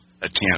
attempt